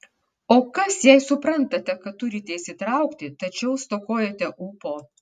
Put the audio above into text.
o kas jei suprantate kad turite įsitraukti tačiau stokojate ūpo